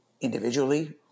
individually